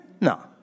No